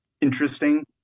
interesting